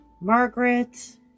Margaret